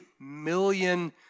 million